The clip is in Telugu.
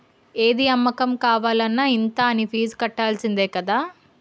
ఏది అమ్మకం కావాలన్న ఇంత అనీ ఫీజు కట్టాల్సిందే కదా